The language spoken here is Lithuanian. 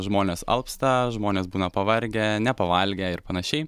žmonės alpsta žmonės būna pavargę nepavalgę ir panašiai